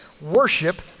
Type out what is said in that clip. Worship